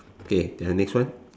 okay then next one